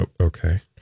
Okay